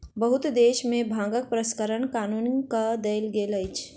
बहुत देश में भांगक प्रसंस्करण कानूनी कअ देल गेल अछि